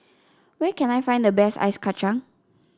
where can I find the best Ice Kachang